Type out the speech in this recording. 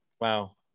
wow